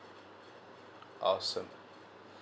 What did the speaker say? awesome